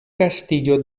castillo